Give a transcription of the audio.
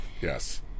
yes